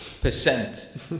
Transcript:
percent